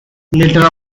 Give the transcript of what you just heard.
later